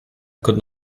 could